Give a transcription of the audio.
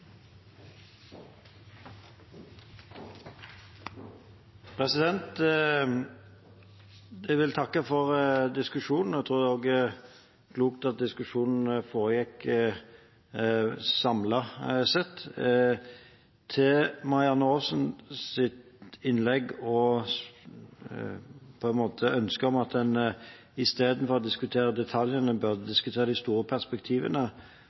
Jeg vil takke for diskusjonen. Jeg tror også det var klokt at diskusjonen foregikk samlet. Til Marianne Aasens innlegg – og ønske – om at en i stedet for å diskutere detaljene burde diskutere de store perspektivene,